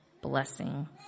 blessing